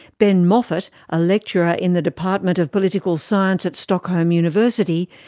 ben moffitt, a lecturer in the department of political science at stockholm university,